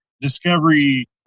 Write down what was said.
Discovery